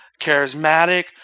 charismatic